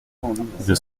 deux